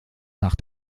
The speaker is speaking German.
nach